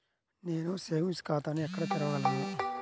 నేను సేవింగ్స్ ఖాతాను ఎక్కడ తెరవగలను?